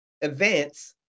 events